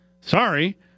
Sorry